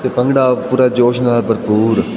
ਤੇ ਭੰਗੜਾ ਪੂਰਾ ਜੋਸ਼ ਨਾਲ ਭਰਪੂਰ